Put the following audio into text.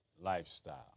lifestyle